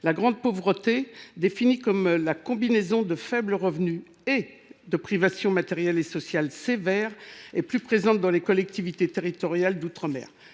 La grande pauvreté, définie comme la combinaison de faibles revenus et de privations matérielles et sociales sévères, est plus présente dans les collectivités territoriales d’outre mer.